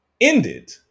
ended